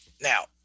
Now